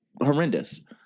horrendous